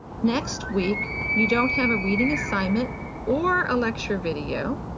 next week you don't have a reading assignment or a lecture video,